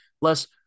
less